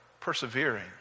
persevering